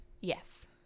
yes